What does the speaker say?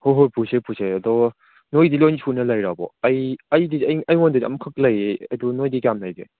ꯍꯣꯏ ꯍꯣꯏ ꯄꯨꯁꯦ ꯄꯨꯁꯦ ꯑꯗꯣ ꯅꯣꯏꯒꯤꯗꯤ ꯂꯣꯏ ꯁꯨꯅ ꯂꯩꯔꯕꯣ ꯑꯩ ꯑꯩꯗꯤ ꯑꯩꯉꯣꯟꯗꯗꯤ ꯑꯃꯈꯛ ꯂꯩꯌꯦ ꯑꯗꯨ ꯅꯣꯏꯗꯤ ꯀꯌꯥꯝ ꯂꯩꯒꯦ